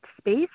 space